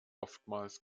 oftmals